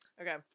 okay